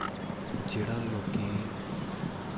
जेह्ड़ा लोकें